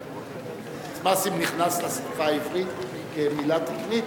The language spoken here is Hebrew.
"סמסים" נכנס לשפה העברית כמלה תקנית?